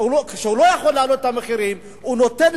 כשהוא לא יכול להעלות את המחירים הוא נותן